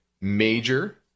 major